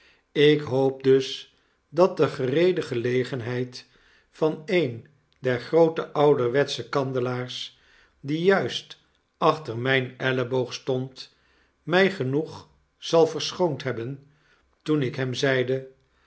ik hoop dus dat de gereede gelegenheid van een der groote ouderwetsche kandelaars die juist achter myn elleboog stond my genoeg zal verschoond hebben toen ik hem zeide